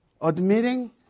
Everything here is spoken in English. Admitting